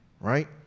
right